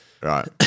Right